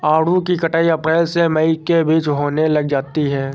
आड़ू की कटाई अप्रैल से मई के बीच होने लग जाती है